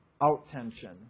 out-tension